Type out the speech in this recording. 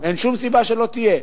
ואין שום סיבה שלא תהיה.